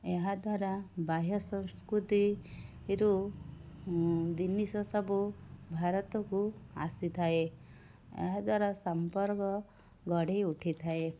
ଏହାଦ୍ୱାରା ବାହ୍ୟ ସଂସ୍କୃତି ରୁ ଜିନିଷସବୁ ଭାରତକୁ ଆସିଥାଏ ଏହାଦ୍ୱାରା ସମ୍ପର୍କ ଗଢ଼ିଉଠିଥାଏ